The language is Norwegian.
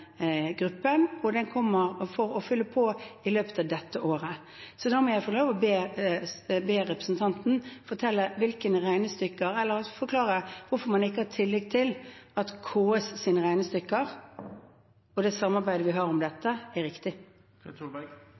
gruppen, for å fylle på i løpet av dette året. Så da må jeg få lov til å be representanten fortelle hvilke regnestykker dette er, eller forklare hvorfor man ikke har tillit til at KS’ regnestykker og det samarbeidet vi har om dette, er riktig. Det blir oppfølgingsspørsmål – først Torstein Tvedt Solberg.